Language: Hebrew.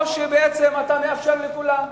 או שצריך לאפשר לכולם?